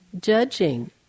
Judging